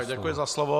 Děkuji za slovo.